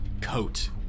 coat